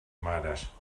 mares